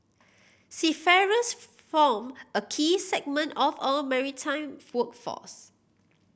seafarers form a key segment of our maritime workforce